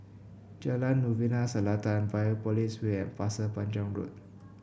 Jalan Novena Selatan Biopolis Way and Pasir Panjang Road